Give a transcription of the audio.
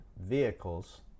vehicles